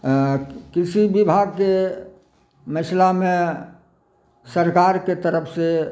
आ कृषि विभागके मसलामे सरकारके तरफ से